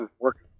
working